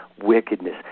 wickedness